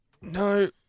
No